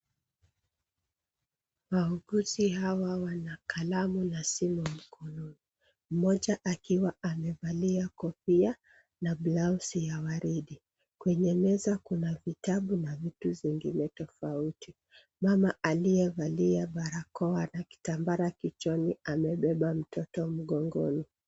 Wauguzi hawa wana kalamu na simu mkononi. Mmoja akiwa amevalia kofia na blausi ya waridi. Kwenye meza kuna vitabu na vitu zingine tofauti. Mama aliyevalia barakoa na kitambara kichwani, amebeba mtoto mgongoni.